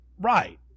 Right